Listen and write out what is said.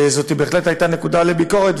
וזאת בהחלט הייתה נקודה לביקורת.